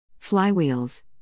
Flywheels